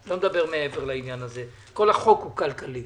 כל החוק הוא כלכלי